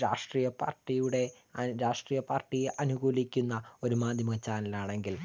രാഷ്ട്രീയ പാർട്ടിയുടെ അനു രാഷ്ട്രീയ പാർട്ടിയെ അനുകൂലിക്കുന്ന ഒരു മാധ്യമ ചാനലാണെങ്കിൽ